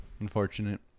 Unfortunate